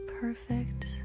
perfect